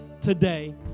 today